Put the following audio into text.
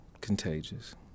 contagious